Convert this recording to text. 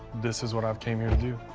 this is what i've came here to do,